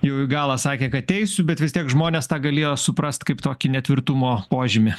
jau į galą sakė kad eisiu bet vis tiek žmonės tą galėjo suprast kaip tokį netvirtumo požymį